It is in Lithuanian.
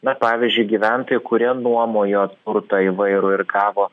na pavyzdžiui gyventojai kurie nuomojo turtą įvairų ir gavo